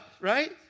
right